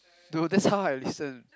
dude that's how I listen